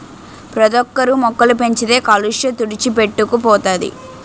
ప్రతోక్కరు మొక్కలు పెంచితే కాలుష్య తుడిచిపెట్టుకు పోతది